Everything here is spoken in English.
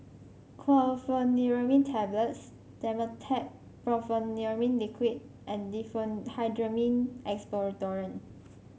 Chlorpheniramine Tablets Dimetapp Brompheniramine Liquid and Diphenhydramine Expectorant